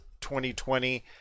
2020